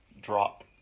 drop